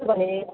त्यसो भने